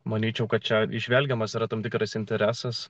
manyčiau kad čia įžvelgiamas tam tikras interesas